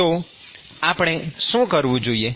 તો આપણે શું કરવું જોઈએ